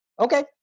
okay